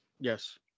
yes